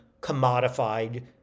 commodified